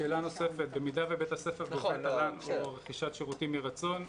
שאלה נוספת: במידה ובית הספר גובה תל"ן או רכישת שירותים מרצון,